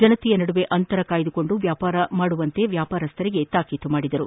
ಜನರ ನಡುವೆ ಅಂತರ ಕಾಯ್ದುಕೊಂಡು ವ್ಯಾಪಾರ ಮಾಡುವಂತೆ ವ್ಯಾಪಾರಸ್ಥರಿಗೆ ತಾಕೀತು ಮಾಡಿದರು